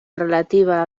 relativa